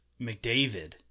McDavid